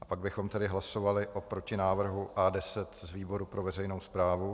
a pak bychom tedy hlasovali o protinávrhu A10 z výboru pro veřejnou správu.